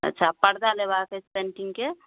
अच्छा पर्दा लेबाक अछि पेन्टिंगके